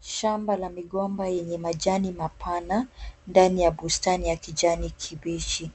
Shamba la migomba lenye majani mapana, ndani ya bustani ya kijani kibichi.